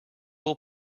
will